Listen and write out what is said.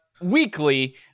weekly